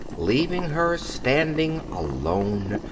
leaving her standing alone,